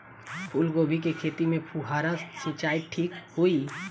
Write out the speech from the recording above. फूल गोभी के खेती में फुहारा सिंचाई ठीक होई?